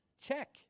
Check